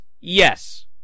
Yes